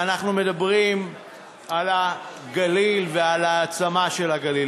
ואנחנו מדברים על הגליל ועל ההעצמה של הגליל.